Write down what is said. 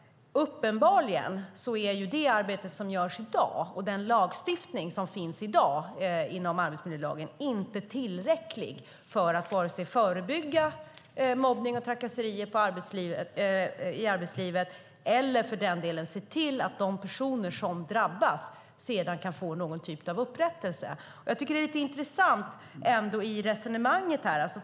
Uppenbarligen är det arbete som sker i dag och den lagstiftning som finns i dag inom arbetsmiljöområdet inte tillräckligt för att vare sig förebygga mobbning och trakasserier i arbetslivet eller för den delen för att se till att de personer som drabbas kan få någon typ av upprättelse.